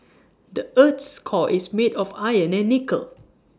the Earth's core is made of iron and nickel